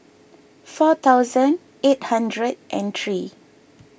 four thousand eight hundred and three